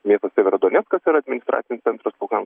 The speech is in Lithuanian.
jei pas tave yra doneckas yra administracinis centras luhansko